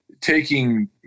taking